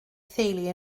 theulu